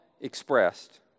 expressed